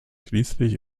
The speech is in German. schließlich